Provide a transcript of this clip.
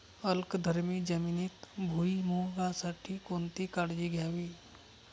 अल्कधर्मी जमिनीत भुईमूगासाठी कोणती काळजी घ्यावी?